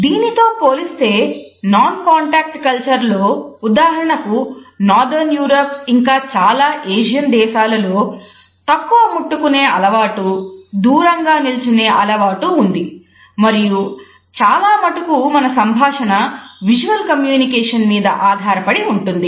దీనితో పోలిస్తే non contact culture మీద ఆధారపడి ఉంటుంది